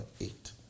eight